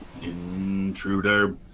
intruder